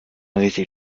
richtig